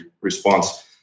response